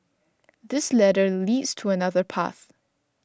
this ladder leads to another path